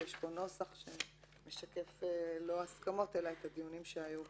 יש פה נוסח שמשקף לא הסכמות אלא את הדיונים שהיו בוועדה.